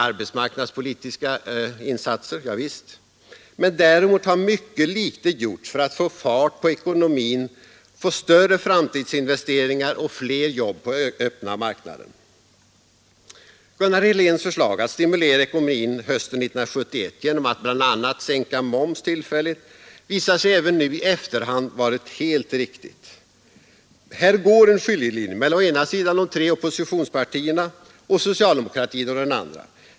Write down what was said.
Arbetsmarknadspolitiska insatser? Javisst. Men däremot har mycket litet gjorts för att få fart på ekonomin, större framtidsinvesteringar och fler jobb på öppna marknaden. Gunnar Heléns förslag att stimulera ekonomin hösten 1971 genom att bl.a. sänka moms tillfälligt visar sig även nu i efterhand vara helt riktigt. Här går en skiljelinje mellan å ena sidan de tre oppositionspartierna och å andra sidan socialdemokratin.